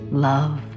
Love